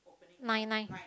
nine nine